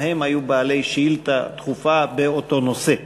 גם הם הגישו שאילתה דחופה באותו נושא.